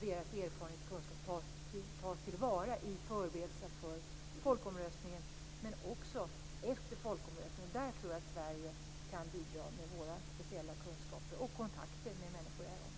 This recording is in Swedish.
Deras erfarenhet och kunskap måste tas till vara i förberedelsen för folkomröstningen och också efter denna. Jag tror att vi i Sverige kan bidra med våra speciella kunskaper och kontakter med människor i området.